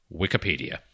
Wikipedia